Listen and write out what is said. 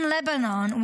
In Lebanon,